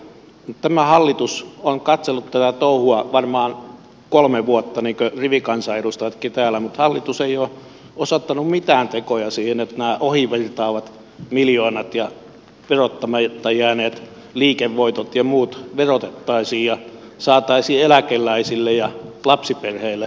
tämä hallitus on katsellut tätä touhua varmaan kolme vuotta niin kuin rivikansanedustajatkin täällä mutta hallitus ei ole osoittanut mitään tekoja siihen että nämä ohi virtaavat miljoonat ja verottamatta jääneet liikevoitot ja muut verotettaisiin ja saataisiin eläkeläisille ja lapsiperheille lisää tuloja